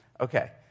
Okay